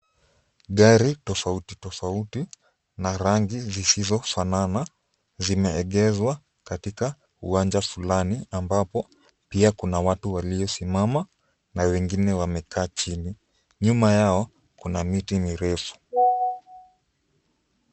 Gari tofauti tofauti na rangi zisizofanana zimeegezwa katika uwanja fulani ambapo pia kuna watu waliosimama na wengine wamekaa chini. Nyuma yao kuna miti mirefu.